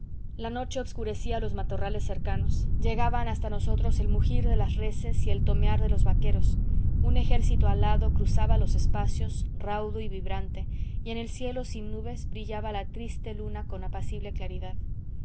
la noche obscurecía los matorrales cercanos llegaban hasta nosotros el mugir de las reses y el tomear de los vaqueros un ejército alado cruzaba los espacios raudo y vibrante y en el cielo sin nubes brillaba la triste luna con apacible claridad